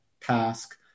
task